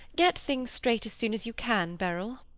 get things straight as soon as you can, beryl.